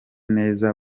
neza